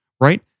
Right